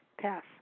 Pass